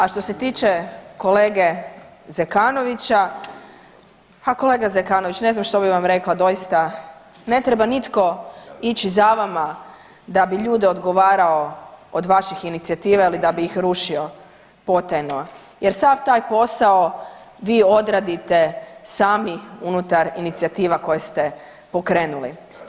A što se tiče kolege Zekanovića, a kolega Zekanović ne znam što bi vam rekla, doista ne treba nitko ići za vama da bi ljude odgovarao od vaših inicijativa ili da bi ih rušio potajno jer sav taj posao vi odradite sami unutar inicijativa koje ste pokrenuli.